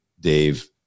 Dave